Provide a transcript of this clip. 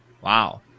Wow